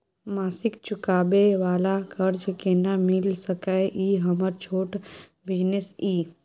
मासिक चुकाबै वाला कर्ज केना मिल सकै इ हमर छोट बिजनेस इ?